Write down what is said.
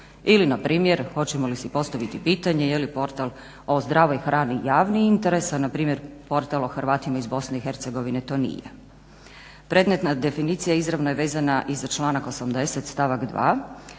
Ili npr. hoćemo li si postaviti pitanje je li portal o zdravoj hrani javni interes, a npr. portal o Hrvatima iz BiH to nije. Predmetna definicija izravno je vezana i za članak 80. stavak 2.